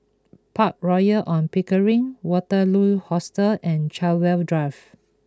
Park Royal On Pickering Waterloo Hostel and Chartwell Drive